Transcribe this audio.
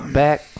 back